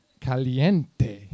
caliente